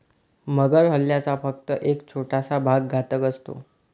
मगर हल्ल्याचा फक्त एक छोटासा भाग घातक असतो